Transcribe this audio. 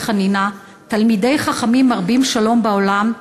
חנינא: תלמידי חכמים מרבים שלום בעולם,